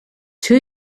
two